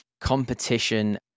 competition